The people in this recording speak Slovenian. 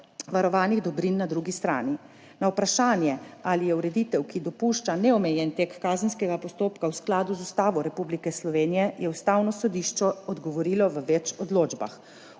varovanih dobrin na drugi strani. Na vprašanje, ali je ureditev, ki dopušča neomejen tek kazenskega postopka, v skladu z Ustavo Republike Slovenije, je Ustavno sodišče odgovorilo v več odločbah.